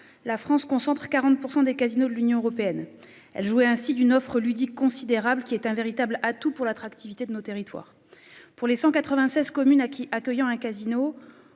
La France concentre 40% des casinos de l'Union européenne elle jouait ainsi d'une offre ludique considérables qui est un véritable atout pour l'attractivité de nos territoires. Pour les 196 communes acquis accueillant un casino.